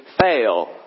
fail